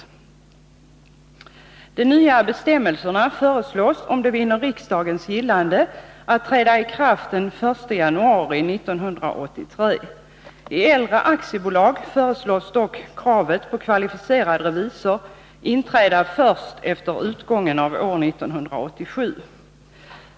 De nya bestämmelserna föreslås, om de vinner riksdagens gillande, träda i kraft den 1 januari 1983. Beträffande äldre aktiebolag föreslås dock kravet på kvalificerad revisor inträda först efter utgången av år 1987.